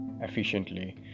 efficiently